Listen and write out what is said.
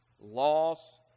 loss